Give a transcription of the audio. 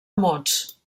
mots